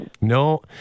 No